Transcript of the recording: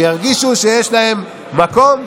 שירגישו שיש להם מקום,